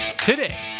Today